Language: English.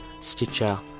stitcher